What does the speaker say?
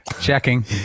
Checking